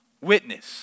witness